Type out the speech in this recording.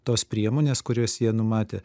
tos priemonės kurias jie numatę